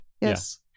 Yes